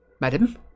Madam